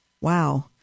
Wow